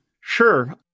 Sure